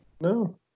No